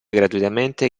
gratuitamente